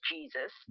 Jesus